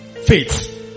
faith